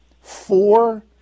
four